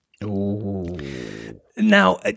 now